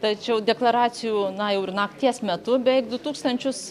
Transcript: tačiau deklaracijų na jau ir nakties metu beveik du tūkstančius